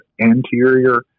anterior